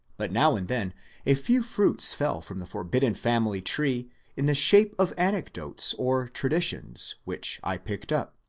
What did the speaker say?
but now and then a few fruits fell from the forbidden family tree in the shape of anecdotes or traditions, which i picked up.